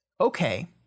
Okay